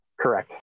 Correct